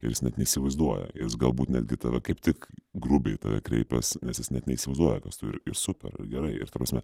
ir jis net neįsivaizduoja jis galbūt netgi tave kaip tik grubiai į tave kreipias nes jis net neįsivaizduoja kas tu ir super ir gerai ir ta prasme